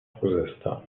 خوزستان